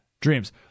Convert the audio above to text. dreams